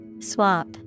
Swap